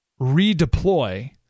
redeploy